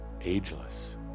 ageless